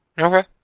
okay